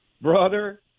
brother